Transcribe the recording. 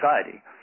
society